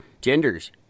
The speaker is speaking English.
Genders